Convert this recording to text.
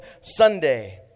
Sunday